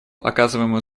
оказываемую